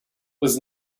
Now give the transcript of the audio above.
was